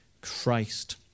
Christ